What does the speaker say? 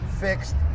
fixed